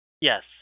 Yes